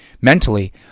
mentally